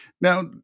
Now